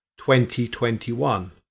2021